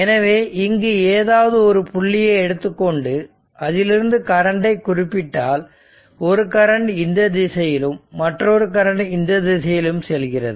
எனவே இங்கு ஏதாவது ஒரு புள்ளியை எடுத்துக்கொண்டு அதிலிருந்து கரண்டை குறிப்பிட்டால் ஒரு கரண்ட் இந்த திசையிலும் மற்றொரு கரண்ட் இந்த திசையிலும் செல்கிறது